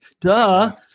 Duh